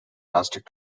plastic